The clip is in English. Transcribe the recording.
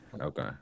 okay